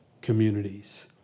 communities